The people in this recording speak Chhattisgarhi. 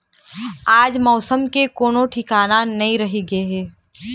आज मउसम के कोनो ठिकाना नइ रहि गे हे